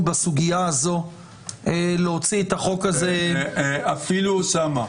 בסוגיה הזאת להוציא את החוק הזה --- אפילו אוסאמה...